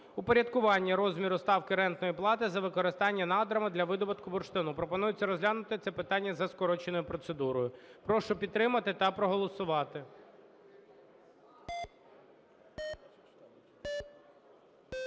упорядкування розміру ставки рентної плати за використання надрами для видобутку бурштину, пропонується розглянути це питання за скороченою процедурою. Прошу підтримати та проголосувати.